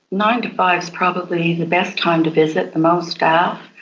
nine to five is probably the best time to visit, the most staff,